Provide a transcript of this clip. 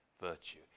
virtue